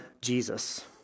Jesus